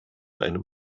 einem